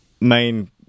main